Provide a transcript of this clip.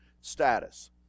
status